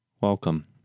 welcome